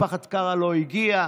משפחת קארה לא הגיעה,